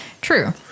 True